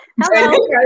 Hello